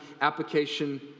application